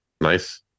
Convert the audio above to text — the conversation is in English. nice